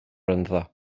ynddo